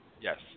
Yes